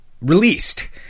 released